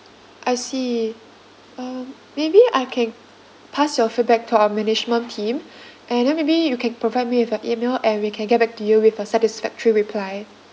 I see um maybe I can pass your feedback to our management team and then maybe you can provide me with your email and we can get back to you with a satisfactory reply